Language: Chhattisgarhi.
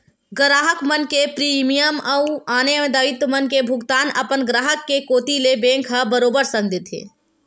गराहक मन के प्रीमियम अउ आने दायित्व मन के भुगतान अपन ग्राहक के कोती ले बेंक ह बरोबर संग देथे